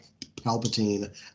Palpatine